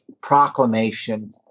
proclamation